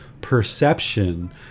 perception